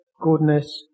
goodness